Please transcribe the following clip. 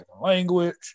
language